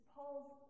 Paul's